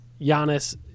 Giannis